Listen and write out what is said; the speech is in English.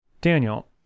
daniel